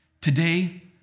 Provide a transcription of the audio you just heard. Today